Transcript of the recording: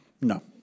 No